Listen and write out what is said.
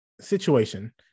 situation